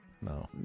no